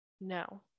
No